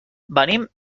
venim